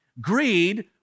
Greed